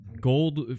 gold